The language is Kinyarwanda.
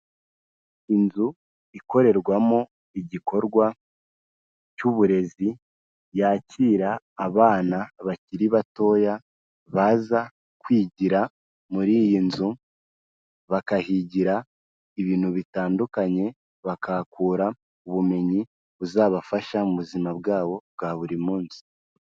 Inzu ikorerwamo igikorwa cy'uburezi yakira abana bakiri batoya baza kwigira muri iyi nzu, bakahigira ibintu bitandukanye bakakura ubumenyi buzabafasha mu buzima bwabo bwa buri munsi.